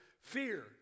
Fear